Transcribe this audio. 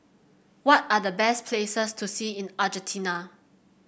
what are the best places to see in Argentina